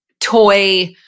toy